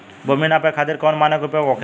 भूमि नाप खातिर कौन मानक उपयोग होखेला?